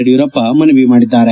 ಯಡಿಯೂರಪ್ಪ ಮನವಿ ಮಾಡಿದ್ದಾರೆ